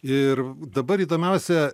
ir dabar įdomiausia